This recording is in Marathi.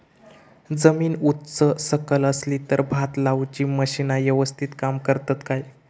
जमीन उच सकल असली तर भात लाऊची मशीना यवस्तीत काम करतत काय?